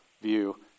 view